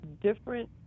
different